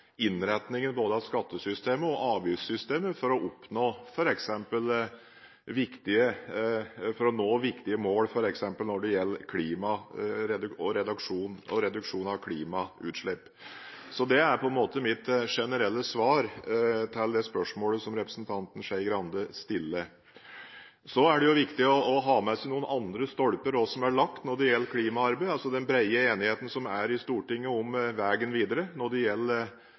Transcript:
av både skattesystemet og avgiftssystemet for å nå viktige mål, f.eks. når det gjelder klima og reduksjon av klimautslipp. Det er mitt generelle svar til spørsmålet som representanten Skei Grande stiller. Det er viktig å ha med seg noen andre stolper også som er lagt når det gjelder klimaarbeid: den brede enigheten som er i Stortinget om veien videre når det gjelder